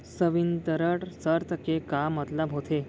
संवितरण शर्त के का मतलब होथे?